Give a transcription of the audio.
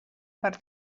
per